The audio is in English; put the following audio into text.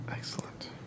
Excellent